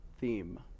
theme